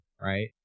right